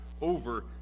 over